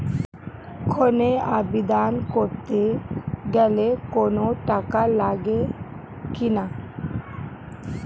ঋণের আবেদন করতে গেলে কোন টাকা লাগে কিনা?